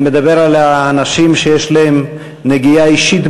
אני מדבר על האנשים שיש להם נגיעה אישית